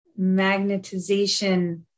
magnetization